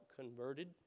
converted